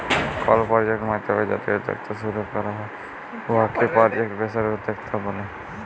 call project মাইধ্যমে যদি উদ্যক্তা শুরু ক্যরা হ্যয় উয়াকে পরজেক্ট বেসড উদ্যক্তা ব্যলে